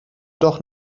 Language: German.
doch